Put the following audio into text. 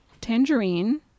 Tangerine